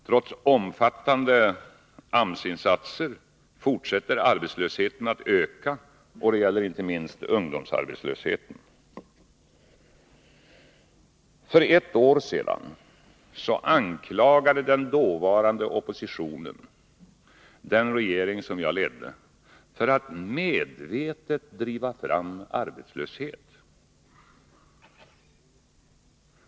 Trots omfattande AMS-insatser fortsätter arbetslösheten att öka. Det gäller inte minst ungdomsarbetslösheten. För ett år sedan anklagade den dåvarande oppositionen den regering som jagledde för att medvetet driva fram arbetslöshet.